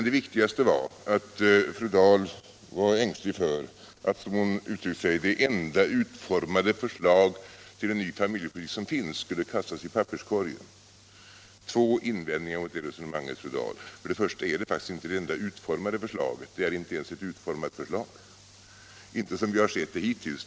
Det viktigaste är att fru Dahl var ängslig för att det enda utformade förslag till en ny familjepolitik som finns skulle kastas i papperskorgen. Jag vill göra två invändningar mot detta resonemang, fru Dahl. För det första är det faktiskt inte det enda utformade förslaget. Det är inte ens ett utformat förslag, inte som vi har sett det hittills.